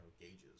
gauges